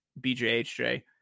BJHJ